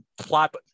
plot